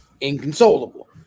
inconsolable